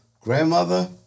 grandmother